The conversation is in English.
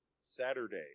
saturday